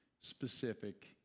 specific